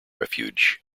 refuge